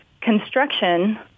construction